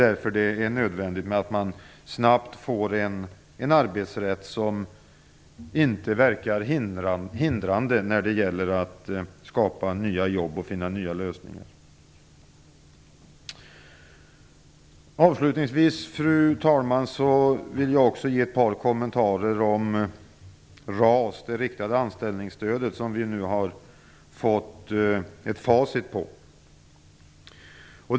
Därför är det nödvändigt att man snabbt får en arbetsrätt som inte verkar hindrande när det gäller att skapa nya jobb och finna nya lösningar. Avslutningsvis, fru talman, vill jag ge ett par kommentarer till RAS, det riktade anställningsstödet. Vi har nu fått facit av RAS.